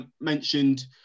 mentioned